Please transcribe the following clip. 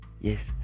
Yes